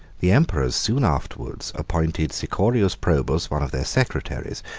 the emperors soon afterwards appointed sicorius probus, one of their secretaries,